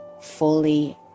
fully